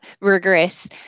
rigorous